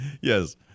yes